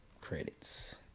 Credits